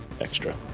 extra